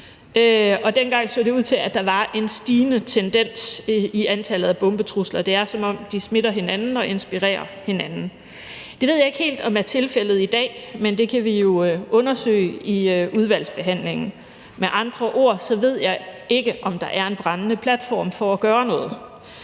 dengang så det ud til, at der var en stigning i antallet af bombetrusler – det er, som om de smitter og inspirerer hinanden. Det ved jeg ikke helt om er tilfældet i dag, men det kan vi jo undersøge i udvalgsbehandlingen. Med andre ord ved jeg ikke, om der er en brændende platform for at gøre noget.